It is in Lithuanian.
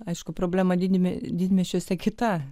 aišku problema didine didmiesčiuose kita